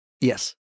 Yes